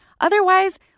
Otherwise